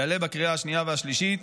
יעלה בקריאה השנייה והשלישית: